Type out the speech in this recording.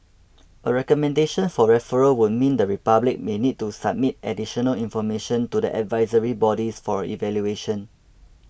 a recommendation for referral would mean the republic may need to submit additional information to the advisory bodies for evaluation